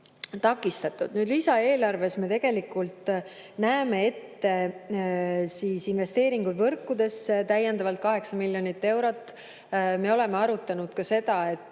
takistatud. Lisaeelarves me näeme ette investeeringud võrkudesse täiendavalt 8 miljonit eurot. Me oleme arutanud ka seda,